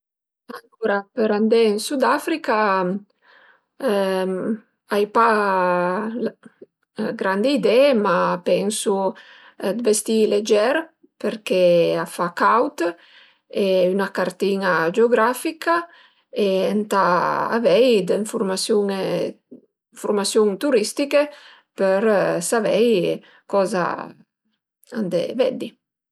Alura për andé ën Sudafrica ai pa grandi idee, ma pensu dë vestì leger perché a fa caud e üna cartin-a geografica e ëntà avei d'enfurmasiun enfurmasiun turistiche për savei coza andé veddi